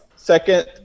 Second